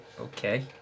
Okay